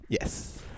Yes